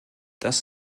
das